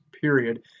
period